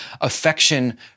affection